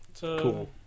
cool